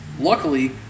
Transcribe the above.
luckily